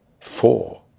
four